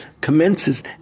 commences